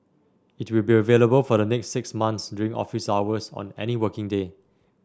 it will be available for the next six months during office hours on any working day